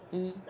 mm